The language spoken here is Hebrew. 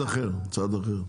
ברכבת ישראל,